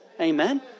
Amen